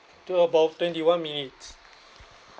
took about twenty one minutes